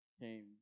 came